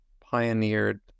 pioneered